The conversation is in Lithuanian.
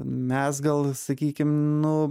mes gal sakykim nu